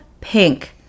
pink